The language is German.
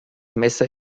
messer